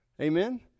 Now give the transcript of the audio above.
Amen